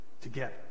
together